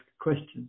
questions